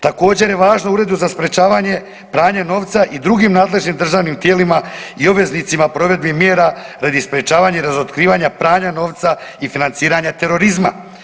Također je važno Uredu za sprječavanje pranja novca i drugim nadležnim tijelima i obveznicima provedbi mjera radi sprječavanja i razotkrivanja pranja novca i financiranja terorizma.